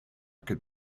could